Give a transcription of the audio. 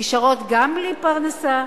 נשארות גם בלי פרנסה,